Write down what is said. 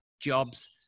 jobs